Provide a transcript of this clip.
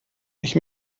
ich